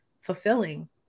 fulfilling